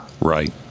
right